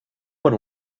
per